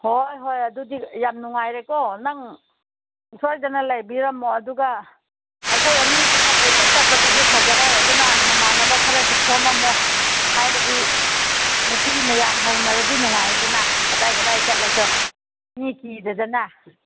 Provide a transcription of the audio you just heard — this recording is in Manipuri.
ꯍꯣꯏ ꯍꯣꯏ ꯑꯗꯨꯗꯤ ꯌꯥꯝ ꯅꯨꯡꯉꯥꯏꯔꯦꯀꯣ ꯅꯪ ꯁꯣꯏꯗꯅ ꯂꯩꯕꯤꯔꯝꯃꯣ ꯑꯗꯨꯒ ꯑꯩꯈꯣꯏ ꯑꯅꯤꯗꯇ ꯀꯣꯏꯆꯠ ꯆꯠꯄꯗꯨꯁꯨ ꯐꯖꯔꯣꯏ ꯑꯗꯨꯅ ꯅꯃꯥꯟꯅꯕ ꯈꯔꯁꯨ ꯈꯣꯝꯂꯝꯃꯣ ꯍꯥꯏꯕꯗꯤ ꯅꯨꯄꯤ ꯃꯌꯥꯝ ꯍꯧꯅꯔꯗꯤ ꯅꯨꯡꯉꯥꯏꯗꯅ ꯀꯗꯥꯏ ꯀꯗꯥꯏ ꯆꯠꯂꯁꯨ ꯃꯤ ꯀꯤꯗꯦꯗꯅ